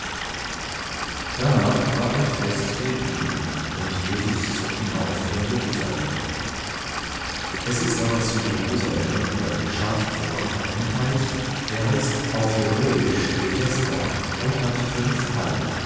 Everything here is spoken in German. darnach war ein fest der juden und jesus zog hinauf gen jerusalem es ist aber zu jerusalem bei dem schaftor ein teich der heißt auf hebräisch bethesda und hat fünf hallen